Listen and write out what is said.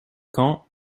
caen